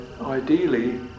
ideally